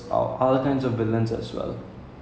but அப்பெல்லாம்:appellaam he'll have to get the timing right right